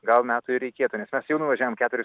gal metų ir reikėtų nes mes jau nuvažiavom keturis